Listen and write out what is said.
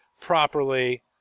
Properly